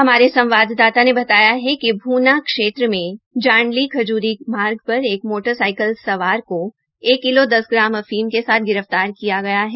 हमारे संवाददाता ने बताया कि भूना क्षेत्र में जांडली खजूरी मार्ग पर एक मोटर साइकल सवार को एक किलो दस ग्राम अफीम के साथ गिरफ्तार किया है